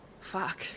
Fuck